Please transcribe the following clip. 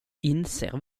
inser